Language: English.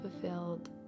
fulfilled